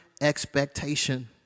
expectation